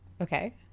okay